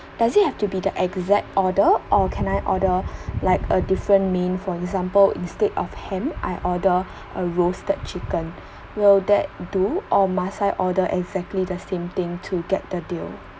does it have to be the exact order or can I order like a different main for example instead of ham I order a roasted chicken will that do or must I order exactly the same thing to get the deal